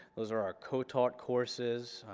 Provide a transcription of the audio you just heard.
those are our co-taught courses,